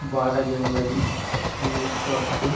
बारह जनवरी उन्नीस सौ अस्सी